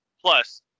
Plus